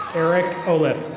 eric olef.